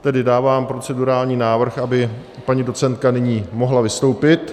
Tedy dávám procedurální návrh, aby paní docentka nyní mohla vystoupit.